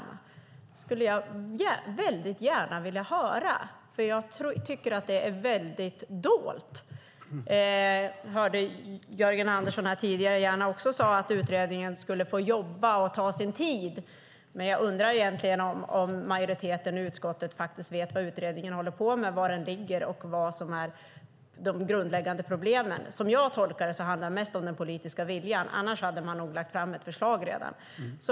Det skulle jag väldigt gärna vilja höra, för jag tycker att det är väldigt dolt. Vi hörde Jörgen Andersson tidigare säga att utredningen skulle få jobba och ta sin tid, men jag undrar egentligen om majoriteten i utskottet faktiskt vet vad utredningen håller på med, var den ligger och vad som är de grundläggande problemen. Som jag tolkar det handlar det mest om den politiska viljan. Annars hade man nog lagt fram ett förslag redan.